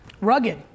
rugged